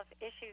issues